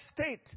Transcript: state